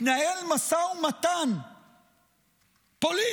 מתנהל משא ומתן פוליטי